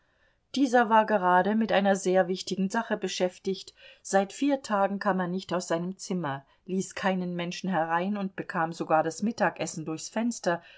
dieser war gerade mit einer sehr wichtigen sache beschäftigt seit vier tagen kam er nicht aus seinem zimmer ließ keinen menschen herein und bekam sogar das mittagessen durchs fenster